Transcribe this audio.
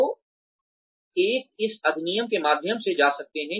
तो एक इस अधिनियम के माध्यम से जा सकते हैं